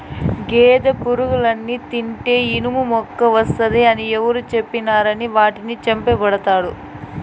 గేదె పురుగుల్ని తింటే ఇనుమెక్కువస్తాది అని ఎవరు చెప్పినారని వాటిని చంపతండాడు